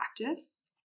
practice